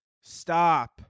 Stop